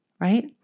Right